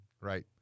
Right